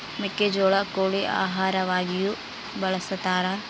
ಮೆಕ್ಕೆಜೋಳ ಕೋಳಿ ಆಹಾರವಾಗಿಯೂ ಬಳಸತಾರ